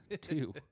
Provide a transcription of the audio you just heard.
Two